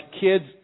kids